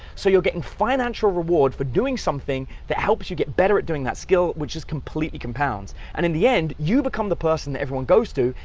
so you're gettin' financial reward for doing something that helps you get better at doing that skill which is completely compounds, and in the end, you become the person that everyone goes to,